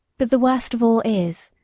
but the worst of all is,